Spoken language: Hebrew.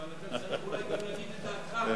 אבל אתה צריך אולי גם להגיד את דעתך, אתה שר.